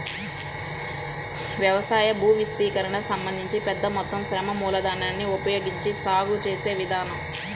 వ్యవసాయ భూవిస్తీర్ణానికి సంబంధించి పెద్ద మొత్తం శ్రమ మూలధనాన్ని ఉపయోగించి సాగు చేసే విధానం